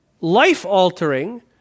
life-altering